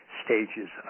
stages